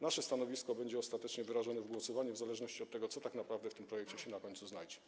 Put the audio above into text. Nasze stanowisko będzie ostatecznie wyrażone w głosowaniu w zależności od tego, co tak naprawdę w tym projekcie się na końcu znajdzie.